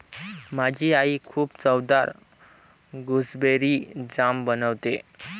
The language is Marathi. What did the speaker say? माझी आई खूप चवदार गुसबेरी जाम बनवते